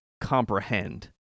comprehend